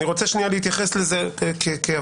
אני רוצה שנייה להתייחס לזה כהבהרה.